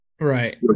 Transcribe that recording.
Right